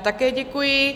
Také děkuji.